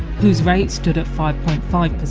who's rate stood at five point five